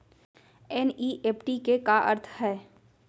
NEFT के का अर्थ है?